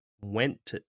went